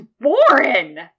Warren